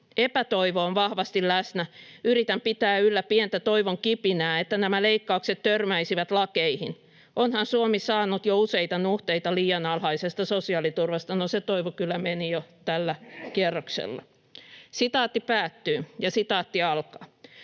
Epätoivo on vahvasti läsnä, yritän pitää yllä pientä toivon kipinää, että nämä leikkaukset törmäisivät lakeihin. Onhan Suomi saanut jo useita nuhteita liian alhaisesta sosiaaliturvasta." — No, se toivo kyllä meni jo tällä kierroksella. "Olen mielenterveysongelmista